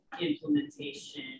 Implementation